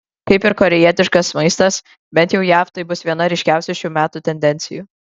kaip ir korėjietiškas maistas bent jau jav tai bus viena ryškiausių šių metų tendencijų